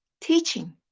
teaching